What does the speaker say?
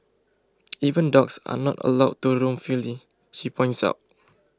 even dogs are not allowed to roam freely she points out